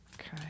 Okay